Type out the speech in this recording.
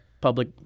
public